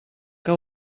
que